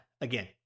Again